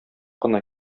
кына